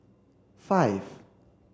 five